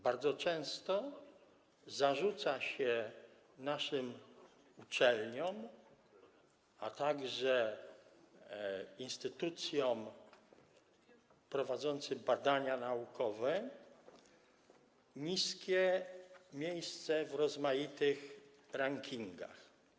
Bardzo często zarzuca się naszym uczelniom, a także instytucjom prowadzącym badania naukowe niskie miejsce w rozmaitych rankingach.